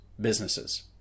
businesses